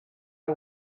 her